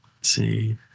See